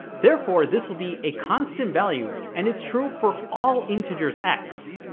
therefore this will be a constant value and it's true for all integers x,